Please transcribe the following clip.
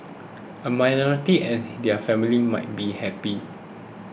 a minority and their family might be happy